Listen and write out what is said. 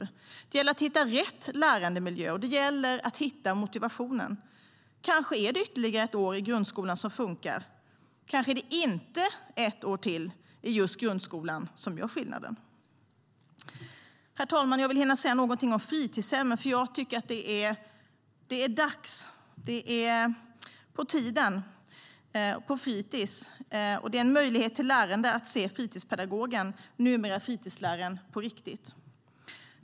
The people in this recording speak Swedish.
ett år till just i grundskolan som gör skillnaden. Herr talman! Jag vill hinna säga något om fritidshemmen. Jag tycker det är dags att se på tiden på fritis som en möjlighet till lärande och att se fritidspedagogen, numera fritidsläraren, på riktigt.